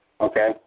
Okay